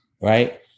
right